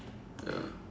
ya